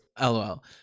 LOL